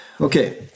Okay